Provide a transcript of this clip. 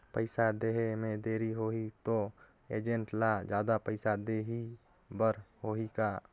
पइसा देहे मे देरी होही तो एजेंट ला जादा पइसा देही बर होही का?